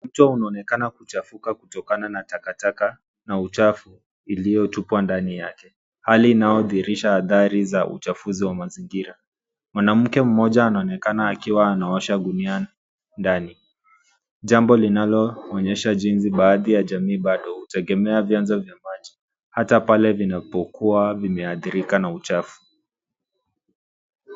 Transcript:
Mto unaonekana kuchafuka kutokana na takataka na uchafu iliyotupwa ndani yake. Hali inayodhirisha athari za uchafuzi wa mazingira. Mwanamke mmoja anaonekana akiwa anaosha gunia ndani, jambo linaloonyesha jinsi baadhi ya jamii bado hutegemea vyanzo vya maji hata pale vinapokuwa vimeathirika na uchafu.